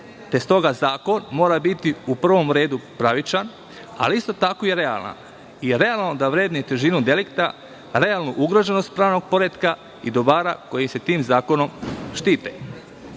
te stoga zakon mora biti u prvom redu pravičan, ali isto tako i realan i realno da vrednuje težinu delikta, realnu ugroženost pravnog poretka i dobara koja se tim zakonom